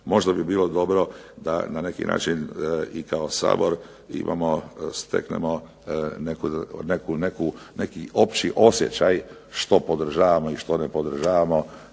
Možda bi bilo dobro da na neki način i kao Sabor imamo steknemo neki opći osjećaj što podržavamo i što ne podržavamo